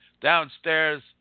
downstairs